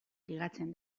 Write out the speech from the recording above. ligatzen